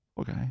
Okay